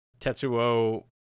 Tetsuo